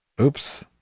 Oops